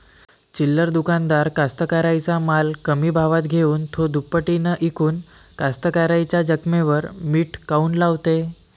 चिल्लर दुकानदार कास्तकाराइच्या माल कमी भावात घेऊन थो दुपटीनं इकून कास्तकाराइच्या जखमेवर मीठ काऊन लावते?